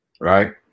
right